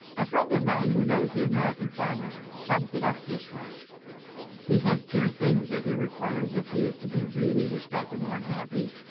a friend of mine, who knows the american farmer, sums it up this way he has two things that he requires if he is to be really respectable and happy.